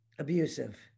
Abusive